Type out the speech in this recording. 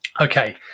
okay